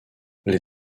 les